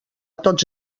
tots